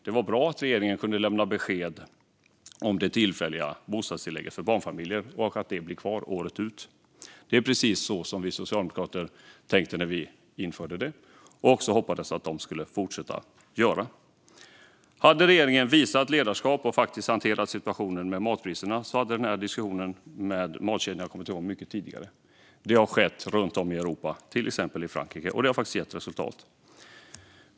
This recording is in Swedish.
Det var bra att regeringen kunde lämna besked om att det tillfälliga bostadstillägget för barnfamiljer blir kvar året ut. Det är precis så som vi socialdemokrater tänkte när vi införde det och hoppades att regeringen skulle fortsätta göra. Hade regeringen visat ledarskap och faktiskt hanterat situationen med matpriserna hade den här diskussionen med matkedjorna kommit igång mycket tidigare. Det har skett runt om i Europa, till exempel Frankrike, och det har faktiskt gett resultat.